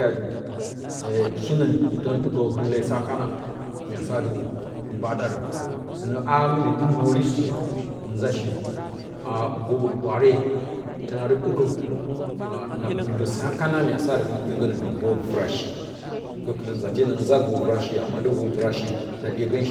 Soteatɨ e shiungu tən dikə hin lesa kana myadɨ hna ɓa ɗarən sɨnə mɨni dɨ nəri supə mashi a vo ɓan təna dɨ dɨkə a na bɨldə sa kama mya satɨ hɨn dyegənə di vrashi gəkɨlə nzate nanza vor vash a maɗə vor vrashi na dye gən